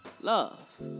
love